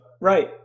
right